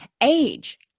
age